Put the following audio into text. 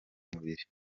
bubiri